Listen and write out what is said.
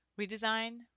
Redesign